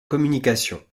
communication